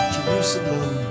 Jerusalem